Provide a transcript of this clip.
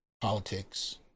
politics